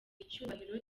icyubahiro